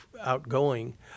outgoing